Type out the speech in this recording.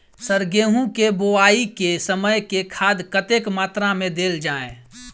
Sir गेंहूँ केँ बोवाई केँ समय केँ खाद कतेक मात्रा मे देल जाएँ?